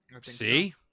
See